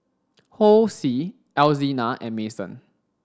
Hosea Alzina and Mason